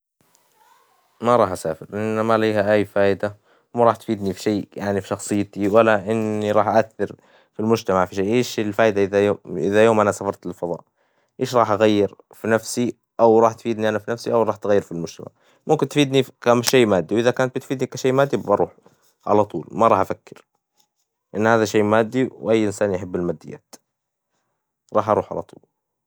ما راح أسافر لأنه ما ليها أي فايدة، ما راح تفيدني بشي يعني في شخصيتي، ولا إني راح أأثر في المجتمع إيش الفايدة إذا إذا يوم أنا سافرت للفظاء? إيش راح أغير في نفسي؟ أو راح تفيدني أنا في نفسي أو راح تغير في المجتمع? ممكن تفيدني في كم شي مادي? واذا كانت بتفيدني كشي مادي بروحه على طول ما راح أفكر إن هذا شي مادي، وأي إنسان يحب المديات، راح أروح على طول.